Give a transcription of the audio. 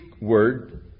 word